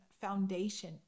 foundation